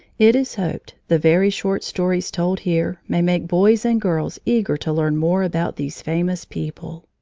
it is hoped the very short stories told here may make boys and girls eager to learn more about these famous people.